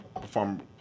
perform